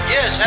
Yes